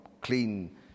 clean